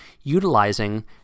utilizing